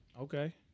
Okay